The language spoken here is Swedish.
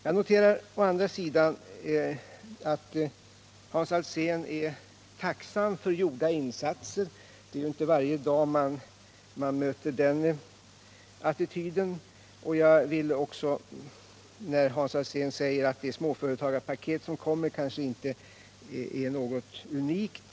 Jag noterar att Hans Alsén är tacksam för gjorda insatser — det är ju inte varje dag man möter den attityden. Hans Alsén sade också att det småföretagarpaket som kommer kanske inte är något unikt.